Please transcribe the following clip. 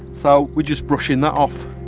so we're just brushing that off.